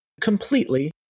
completely